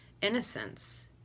innocence